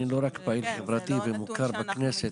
אני לא רק פעיל חברתי ומוכר בכנסת,